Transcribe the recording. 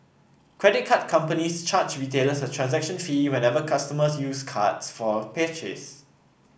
credit card companies charge retailers a transaction fee whenever customers use cards for a